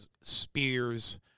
spears